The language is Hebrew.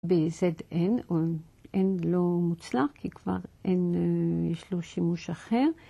ב-ZN אין לו מוצלח כי כבר אין... יש לו שימוש אחר.